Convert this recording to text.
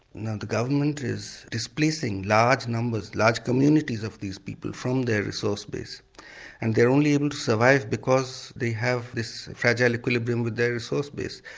now the government is displacing large numbers, large communities of these people from their resource base and they are only able to survive because they have this fragile equilibrium with their resource base.